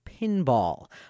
pinball